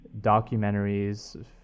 documentaries